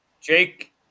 Jake